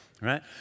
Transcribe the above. Right